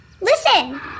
Listen